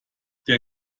der